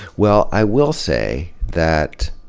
well, i will say that,